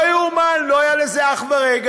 לא יאומן, לא היה לזה אח ורע.